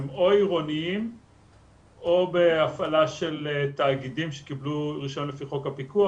הם או עירוניים או בהפעלה של תאגידים שקיבלו רישיון לפי חוק הפיקוח.